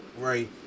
right